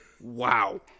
wow